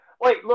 Wait